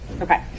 Okay